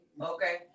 okay